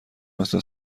مثل